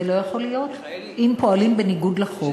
זה לא יכול להיות: אם פועלים בניגוד לחוק,